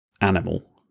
animal